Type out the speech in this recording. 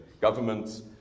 Governments